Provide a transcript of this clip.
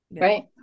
Right